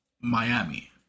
Miami